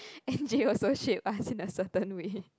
N_J also shaped us in a certain way